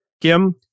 Kim